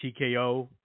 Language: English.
TKO